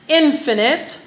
infinite